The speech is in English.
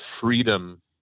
freedom